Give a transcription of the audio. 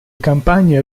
campagne